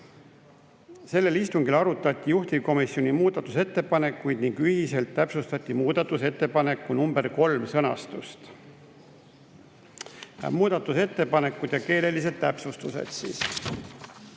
Sellel istungil arutati juhtivkomisjoni muudatusettepanekuid ning ühiselt täpsustati muudatusettepaneku nr 3 sõnastust. Muudatusettepanekud ja keelelised täpsustused.